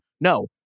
No